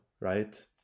right